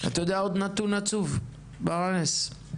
אתה יודע עוד נתון עצוב, ברנס?